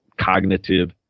cognitive